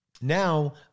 now